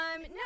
No